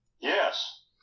Yes